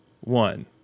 one